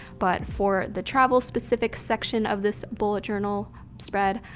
but for the travel specific section of this bullet journal spread,